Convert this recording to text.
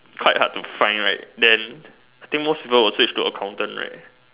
quite hard to find right then I think most people would Switch to accountant right